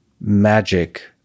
magic